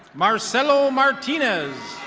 marcello martinez.